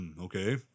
Okay